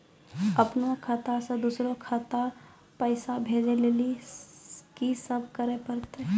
अपनो खाता से दूसरा के पैसा भेजै लेली की सब करे परतै?